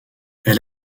elle